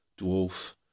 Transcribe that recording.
dwarf